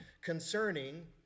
concerning